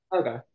Okay